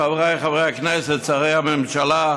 חבריי חברי הכנסת, שרי הממשלה,